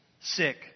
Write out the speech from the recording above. sick